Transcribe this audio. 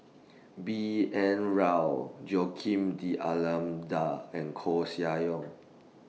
B N Rao Joaquim D'almeida and Koeh Sia Yong